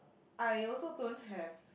I also don't have